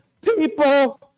people